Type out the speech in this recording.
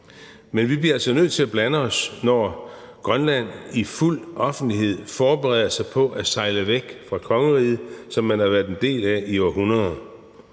Men vi bliver altså nødt til at blande os, når Grønland i fuld offentlighed forbereder sig på at sejle væk fra kongeriget, som man har været en del af i århundreder.